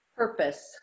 purpose